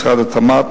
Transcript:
משרד התמ"ת,